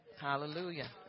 Hallelujah